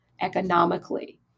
economically